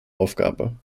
aufgabe